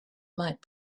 might